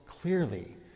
clearly